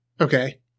Okay